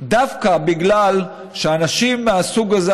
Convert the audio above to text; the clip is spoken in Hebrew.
דווקא בגלל שאנשים מהסוג הזה,